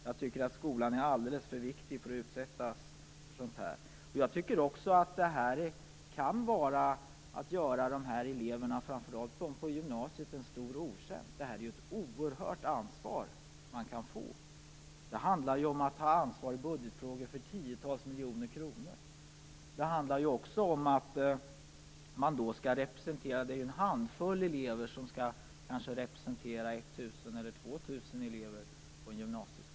Jag tycker att skolan är alldeles för viktig för att man skall utveckla sådant här. Jag tycker också att det kan vara fråga om att göra de här eleverna, framför allt på gymnasiet, en stor otjänst. Det är ju ett oerhört ansvar som de kan få. Det handlar om att ta ansvar i budgetfrågor för tiotals miljoner kronor. Det handlar också om att en handfull elever skall representera kanske 1 000 eller 2 000 elever på en gymnasieskola.